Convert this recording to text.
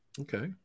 Okay